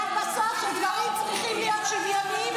אבל כשדברים צריכים להיות שוויוניים,